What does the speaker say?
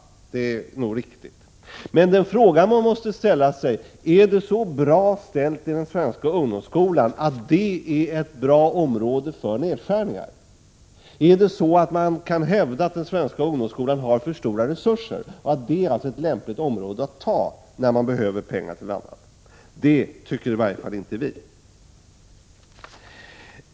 Det är nog riktigt. Men frågan är om det är så bra ställt i den svenska ungdomsskolan att det är ett område lämpligt för nedskärningar. Kan man hävda att den svenska ungdomsskolan har för stora resurser och att det är ett lämpligt område att ta pengar ifrån när man behöver pengar på annat håll? Det tycker i varje fall inte vi.